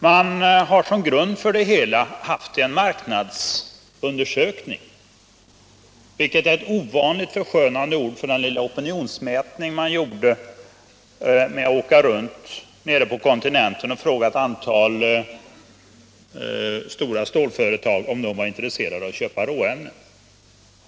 Man har som grund för det hela haft en marknadsundersökning, vilket är ett ovanligt förskönande ord för den lilla opinionsmätning man gjorde genom att åka runt nere på kontinenten och fråga ett antal stora stålföretag om de var intresserade av att köpa råämnen.